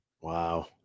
wow